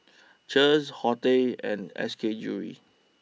Cheers Horti and S K Jewellery